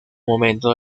momento